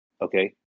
Okay